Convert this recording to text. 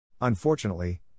Unfortunately